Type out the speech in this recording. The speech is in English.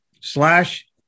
slash